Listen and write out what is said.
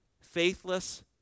Faithless